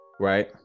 Right